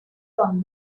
from